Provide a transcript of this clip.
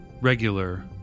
regular